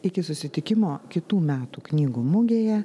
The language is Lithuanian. iki susitikimo kitų metų knygų mugėje